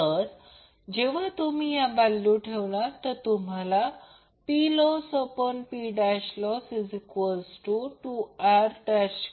तर जेव्हा तुम्ही या व्हॅल्यू ठेवणार तर तुम्हाला PlossPloss2r2r2 मिळेल